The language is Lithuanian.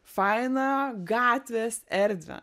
fainą gatvės erdvę